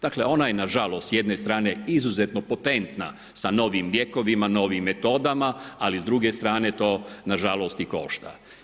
Dakle, ona je na žalost s jedne strane izuzetno potentna sa novim lijekovima, novim metodama, ali s druge strane to na žalost i košta.